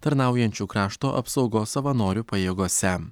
tarnaujančių krašto apsaugos savanorių pajėgose